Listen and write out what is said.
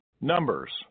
Numbers